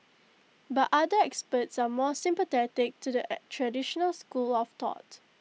but other experts are more sympathetic to the traditional school of thought